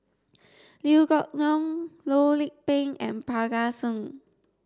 Liew Geok Leong Loh Lik Peng and Parga Singh